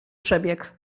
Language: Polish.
przebieg